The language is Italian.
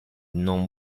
non